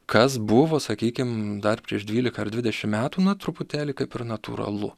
kas buvo sakykim dar prieš dvylika ar dvidešimt metų na truputėlį kaip ir natūralu